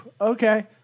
okay